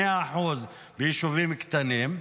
100% ביישובים קטנים,